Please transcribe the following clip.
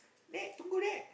eh don't go there